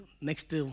next